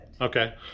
Okay